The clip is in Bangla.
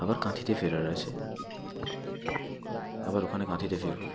আবার কাঁথিতে ফেরার আছে আবার ওখানে কাঁথিতে ফিরব